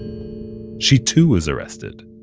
she too was arrested.